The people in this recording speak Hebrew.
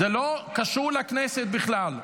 זה לא קשור לכנסת בכלל.